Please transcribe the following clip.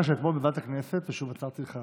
הפסקת כהונתו של ראש מערך הגיור,